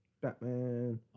Batman